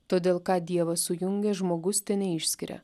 todėl ką dievas sujungė žmogus teneišskiria